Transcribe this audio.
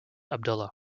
abdullah